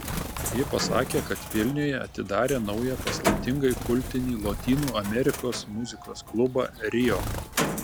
ji pasakė kad vilniuje atidarė naują paslaptingai kultinį lotynų amerikos muzikos klubą rio